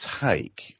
take